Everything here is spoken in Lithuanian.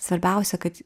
svarbiausia kad